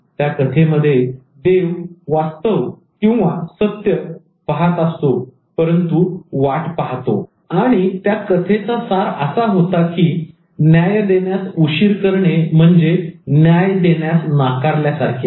त्या कथेमध्ये देव वास्तवसत्य पाहत असतो परंतु वाट पाहतो आणि त्या कथेचा सार असा होता की न्याय देण्यास उशीर करणे म्हणजे न्याय देण्यास नाकारल्यासारखे आहे